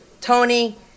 Tony